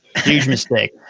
huge mistake,